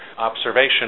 observation